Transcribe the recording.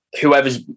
whoever's